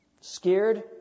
Scared